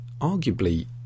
arguably